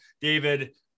David